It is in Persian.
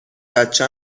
بچه